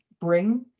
bring